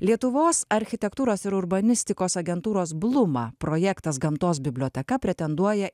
lietuvos architektūros ir urbanistikos agentūros bluma projektas gamtos biblioteka pretenduoja